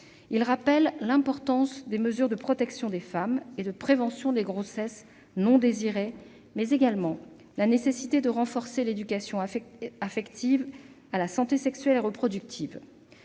seulement l'importance des mesures de protection des femmes et de prévention des grossesses non désirées, mais aussi la nécessité de renforcer l'éducation affective, à la santé sexuelle et reproductive.